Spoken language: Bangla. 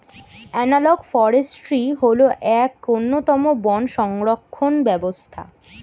অ্যানালগ ফরেস্ট্রি হল এক অন্যতম বন সংরক্ষণ ব্যবস্থা